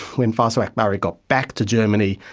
when faisal aakbari got back to germany,